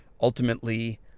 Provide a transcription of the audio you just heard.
ultimately